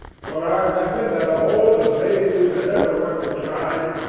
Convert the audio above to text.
for i reckon that of all the mazes that ever were contrived,